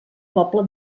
poble